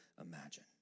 imagine